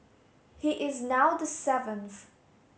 he is now the seventh